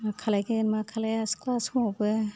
मा खालायगोन मा खालाया सिख्ला समावबो